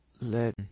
Let